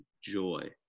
joy